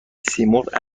سیمرغ